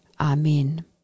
Amen